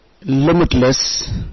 limitless